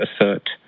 assert